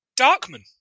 Darkman